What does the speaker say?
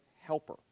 helper